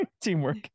teamwork